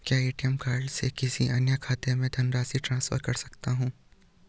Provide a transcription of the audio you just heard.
क्या ATM card से किसी अन्य खाते में धनराशि ट्रांसफर कर सकता हूँ?